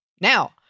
Now